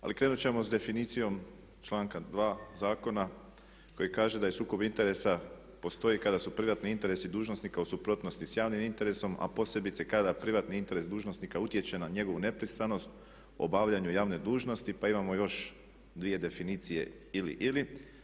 Ali krenut ćemo s definicijom članka 2. zakona koji kaže da je sukob interesa postoji kada su privatni interesi dužnosnika u suprotnosti sa javnim interesom, a posebice kada privatni interes dužnosnika utječe na njegovu nepristranost u obavljanju javne dužnosti, pa imamo još dvije definicije ili-ili.